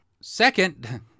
Second